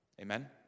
Amen